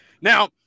Now